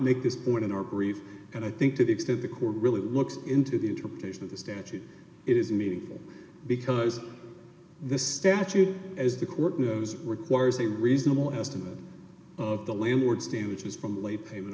make this point in our brief and i think to the extent the court really looks into the interpretation of the statute it is meaningful because the statute as the court knows requires a reasonable estimate of the landlord stooges from late payment